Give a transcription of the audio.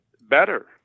better